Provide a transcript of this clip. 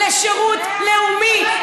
לשירות לאומי,